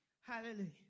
Hallelujah